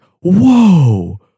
whoa